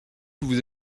vous